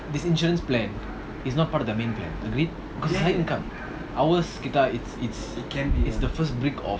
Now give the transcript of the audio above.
this insurance plan is not part of their main plan agreed cause it's side income ours கேட்டா:keta it's it's it's the first brick of